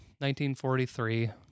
1943